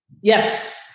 Yes